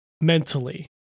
mentally